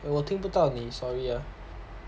eh 我听不到你 sorry ah